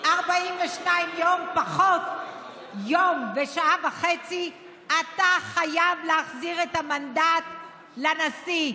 42 יום פחות יום ושעה וחצי, אתה חייב להחזיר את המנדט לנשיא,